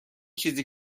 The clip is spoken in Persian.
چیزی